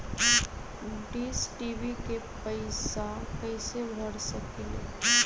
Dish TV के पैईसा कईसे भर सकली?